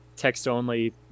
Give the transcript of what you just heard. text-only